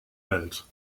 welt